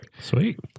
Sweet